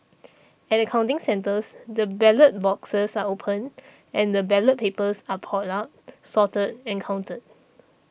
at the counting centres the ballot boxes are opened and the ballot papers are poured out sorted and counted